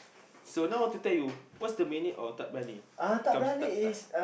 so now want to tell you what's the meaning of tak berani come start start